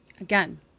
Again